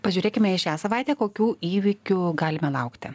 pažiūrėkime į šią savaitę kokių įvykių galime laukti